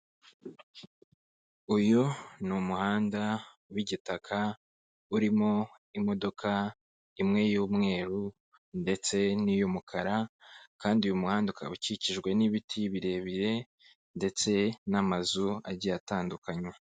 Uyu ni umuhanda w'igitaka urimo imodoka imwe y'umweru ndetse n'iy'umukara kandi uyu muhanda ukaba ukikijwe n'ibiti birebire ndetse n'amazu agiye atandukanye.